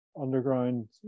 underground